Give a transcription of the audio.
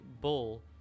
bull